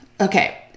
Okay